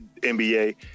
NBA